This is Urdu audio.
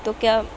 تو کیا